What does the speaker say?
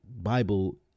Bible